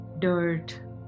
dirt